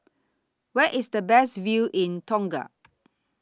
Where IS The Best View in Tonga